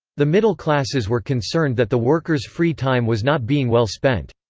the middle classes were concerned that the workers' free time was not being well-spent.